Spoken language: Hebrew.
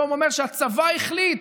אומר היום שהצבא החליט.